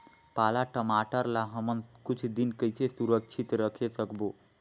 पाला टमाटर ला हमन कुछ दिन कइसे सुरक्षित रखे सकबो?